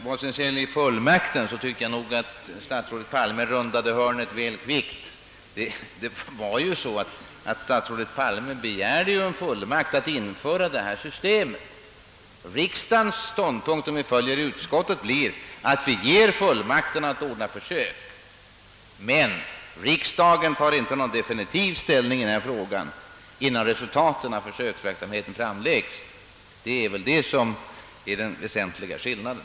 Vad sedan fullmakten angår tycker jag att statsrådet Palme rundade hörnet väl kvickt. Statsrådet begärde ju fullmakt att införa detta system. Om riksdagen följer utskottet ger vi fullmakt att ordna försök. Men riksdagen tar inte definitiv ställning i frågan innan resultaten av försöksverksamheten redovisats. Det är det som är den väsentliga skillnaden.